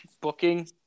booking